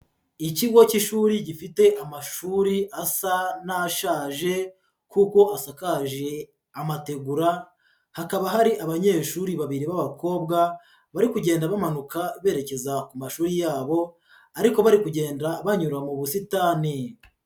Ikigo cy'ishuri gifite amashuri asa n'ashaje kuko asakaje amategura, hakaba hari abanyeshuri babiri b'abakobwa, bari kugenda bamanuka berekeza ku mashuri yabo ariko bari kugenda banyura mu busitani.